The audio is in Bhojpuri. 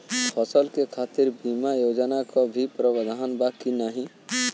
फसल के खातीर बिमा योजना क भी प्रवाधान बा की नाही?